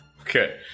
Okay